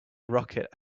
rocket